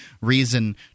reason